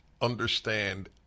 understand